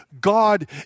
God